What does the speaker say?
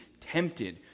tempted